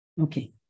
Okay